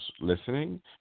listening